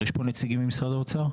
יש פה נציגים ממשרד האוצר?